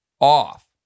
off